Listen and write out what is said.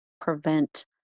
prevent